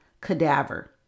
cadaver